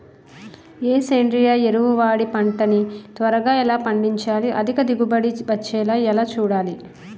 ఏ సేంద్రీయ ఎరువు వాడి పంట ని త్వరగా ఎలా పండించాలి? అధిక దిగుబడి వచ్చేలా ఎలా చూడాలి?